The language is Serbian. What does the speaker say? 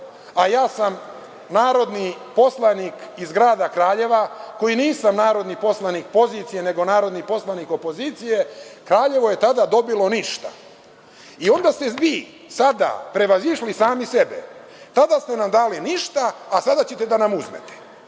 a ja sam narodni poslanik iz grada Kraljeva, nisam narodni poslanik pozicije, nego narodni poslanik opozicije, Kraljeva je tada dobilo ništa. Onda ste vi sada prevazišli sami sebe, tada ste nam dali ništa, a sada će da nam uzmete.